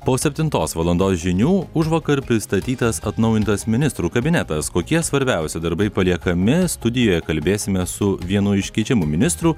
po septintos valandos žinių užvakar pristatytas atnaujintas ministrų kabinetas kokie svarbiausi darbai paliekami studijoje kalbėsime su vienu iš keičiamų ministrų